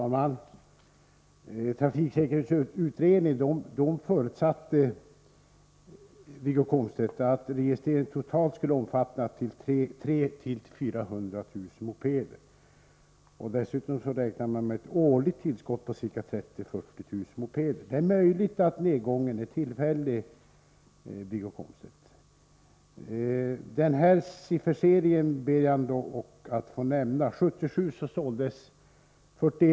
Fru talman! Trafiksäkerhetsutredningen förutsatte, Wiggo Komstedt, att registreringen totalt skulle omfatta 300 000-400 000 mopeder. Dessutom räknade man med ett årligt tillskott på ca 30 000-40 000 mopeder. Det är möjligt att nedgången är tillfällig. Jag ber ändå att få nämna följande sifferserie: 1977 såldes 41 000 mopeder.